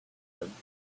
glimpse